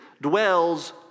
dwells